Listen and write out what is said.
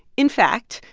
in fact,